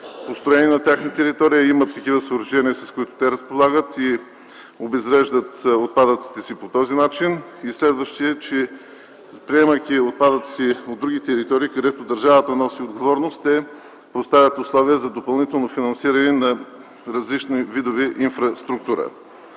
построени на тяхна територия, имат такива съоръжения, с които те разполагат и обезвреждат отпадъците си по този начин. Следващият е, че, приемайки отпадъците от други територии, където държавата носи отговорност, те поставят условия за допълнително финансиране на различни видове инфраструктура.